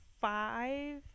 five